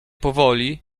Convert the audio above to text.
powoli